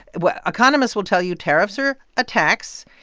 what economists will tell you tariffs are a tax.